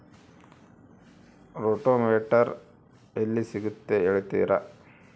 Rotavator ಎಲ್ಲಿ ಸಿಗುತ್ತದೆ ಹೇಳ್ತೇರಾ?